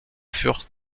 furent